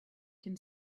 can